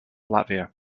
latvia